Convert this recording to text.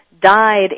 died